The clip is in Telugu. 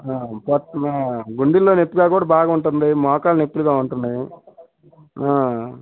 ప గుండేల్లో నొప్పిగా కూడా బాగా ఉంటుంది మోకాలు నొప్పులుగా ఉంటున్నాయ ఆ